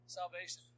salvation